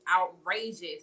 outrageous